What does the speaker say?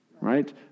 Right